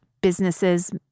businesses